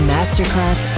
Masterclass